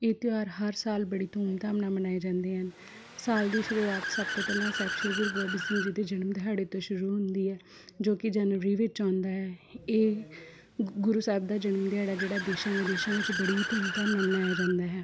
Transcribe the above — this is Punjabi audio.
ਇਹ ਤਿਉਹਾਰ ਹਰ ਸਾਲ ਬੜੀ ਧੂਮਧਾਮ ਨਾਲ਼ ਮਨਾਏ ਜਾਂਦੇ ਹਨ ਸਾਲ ਦੀ ਸ਼ੁਰੂਆਤ ਸਭ ਤੋਂ ਪਹਿਲਾਂ ਸਾਹਿਬ ਸ਼੍ਰੀ ਗੁਰੂ ਗੋਬਿੰਦ ਸਿੰਘ ਜੀ ਦੇ ਜਨਮ ਦਿਹਾੜੇ ਤੋਂ ਸ਼ੁਰੂ ਹੁੰਦੀ ਹੈ ਜੋ ਕਿ ਜਨਵਰੀ ਵਿੱਚ ਆਉਂਦਾ ਹੈ ਇਹ ਗੁ ਗੁਰੂ ਸਾਹਿਬ ਦਾ ਜਨਮ ਦਿਹਾੜਾ ਜਿਹੜਾ ਦੇਸ਼ਾਂ ਵਿਦੇਸ਼ਾਂ ਵਿੱਚ ਬੜੀ ਧੂਮਧਾਮ ਨਾਲ਼ ਮਨਾਇਆ ਜਾਂਦਾ ਹੈ